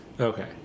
Okay